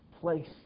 place